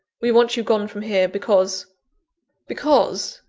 we want you gone from here, because because,